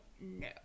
no